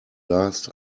last